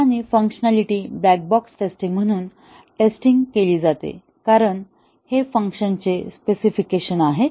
आणि functionality black box testing म्हणून testing केली जाते कारण हे फंक्शन्सचे स्पेसिफिकेशन आहेत